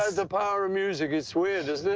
ah the power of music. it's weird, isn't it?